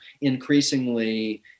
increasingly